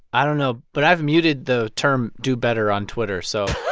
i don't know, but i've muted the term do better on twitter, so.